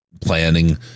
planning